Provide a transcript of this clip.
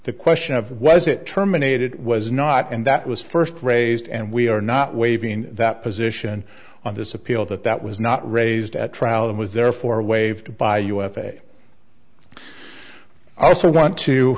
the question of was it terminated it was not and that was first raised and we are not waiving that position on this appeal that that was not raised at trial and was therefore waived by usa i also want to